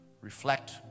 reflect